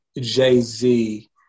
Jay-Z